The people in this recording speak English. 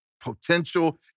potential